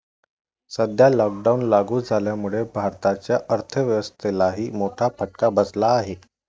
सध्या लॉकडाऊन लागू झाल्यामुळे भारताच्या अर्थव्यवस्थेलाही मोठा फटका बसला आहे